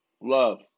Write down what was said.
love